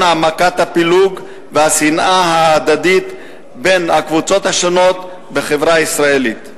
העמקת הפילוג והשנאה ההדדית בין הקבוצות השונות בחברה הישראלית.